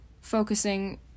focusing